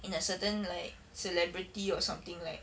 in a certain like celebrity or something like